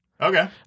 Okay